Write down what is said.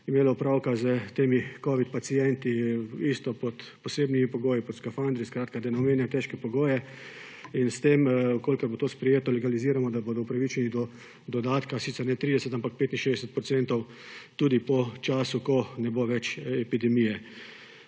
imele opravka s temi covid pacienti, isto pod posebnimi pogoji, pod skafandri; skratka, da ne omenjam težkih pogojev, in s tem, v kolikor bo to sprejeto, legaliziramo, da bodo upravičeni do dodatka, sicer ne 30, ampak 65 %, tudi po času, ko ne bo več epidemije.